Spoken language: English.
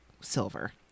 silver